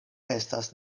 estas